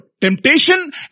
temptation